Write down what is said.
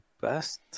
best